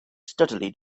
steadily